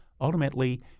ultimately